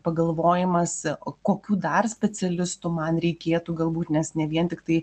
pagalvojimas o kokių dar specialistų man reikėtų galbūt nes ne vien tiktai